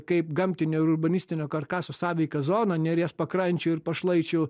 kaip gamtinio ir urbanistinio karkaso sąveika zona neries pakrančių ir pašlaičių